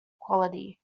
quality